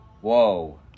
Whoa